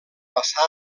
passà